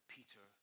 Peter